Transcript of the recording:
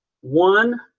One